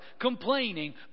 complaining